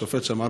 השופט שמע,